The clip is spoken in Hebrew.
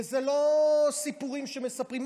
וזה לא סיפורים שמספרים,